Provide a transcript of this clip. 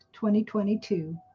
2022